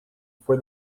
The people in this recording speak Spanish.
fue